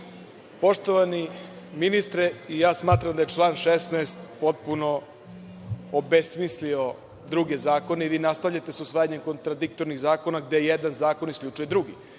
ministre, i ja smatram da je član 16. potpuno obesmislio druge zakone i vi nastavljate sa usvajanjem kontradiktornih zakona, gde jedan zakon isključuje drugi.